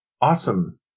awesome